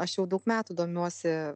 aš jau daug metų domiuosi